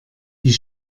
die